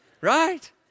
right